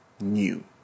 new